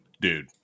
Dude